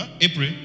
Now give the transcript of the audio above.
April